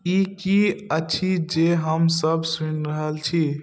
ई की अछि जे हम सब सुनि रहल छी